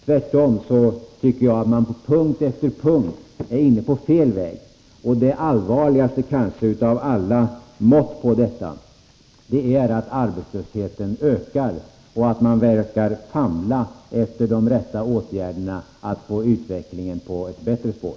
Tvärtom tycker jag att regeringen på punkt efter punkt är inne på fel väg. Och det kanske allvarligaste av alla mått på detta är att arbetslösheten ökar och att regeringen verkar famla efter de rätta åtgärderna för att få utvecklingen på bättre spår.